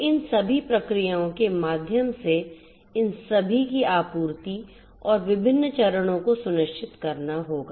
तो इन सभी प्रक्रियाओं के माध्यम से इन सभी की आपूर्ति और विभिन्न चरणों को सुनिश्चित करना होगा